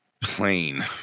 Plain